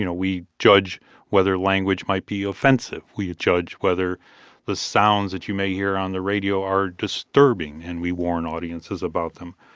you know we judge whether language might be offensive. we judge whether the sounds that you may hear on the radio are disturbing, and we warn audiences about them.